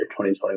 2021